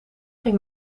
ging